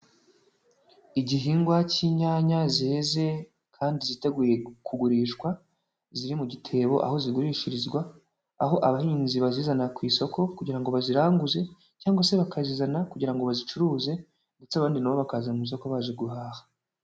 Igihingwa cy'inyanya zeze kandi ziteguye kugurishwa, ziri mu gitebo aho zigurishirizwa, aho abahinzi bazizana ku isoko kugira ngo baziranguze, cyangwa se bakazizana kugira ngo bazicuruze ndetse abandi na bo bakaza mu isoko baje guhaha.